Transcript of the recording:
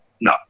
No